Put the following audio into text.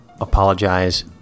apologize